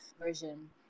Version